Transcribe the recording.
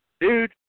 Dude